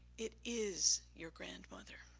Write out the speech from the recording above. it is your grandmother.